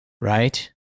right